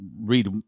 read